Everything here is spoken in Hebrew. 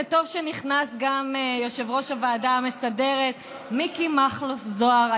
וטוב שנכנס גם יושב-ראש הוועדה המסדרת מיקי מכלוף זוהר,